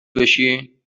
بشی